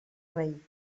rei